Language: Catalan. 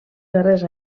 darrers